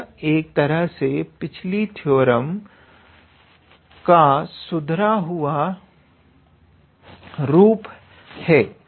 तो यह एक तरह से पिछली थ्योरम का सुधरा हुआ रूप है